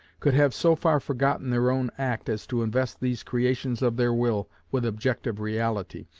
could have so far forgotten their own act as to invest these creations of their will with objective reality,